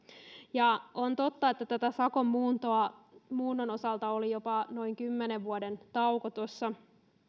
on totta että sakon muunnon osalta oli jopa noin kymmenen vuoden tauko tuossa